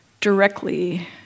directly